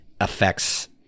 affects